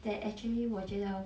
that actually 我觉得